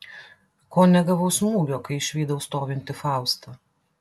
ko negavau smūgio kai išvydau stovintį faustą